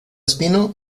espino